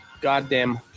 goddamn